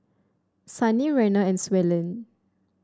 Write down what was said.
Sannie Reina and Suellen